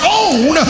own